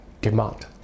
demand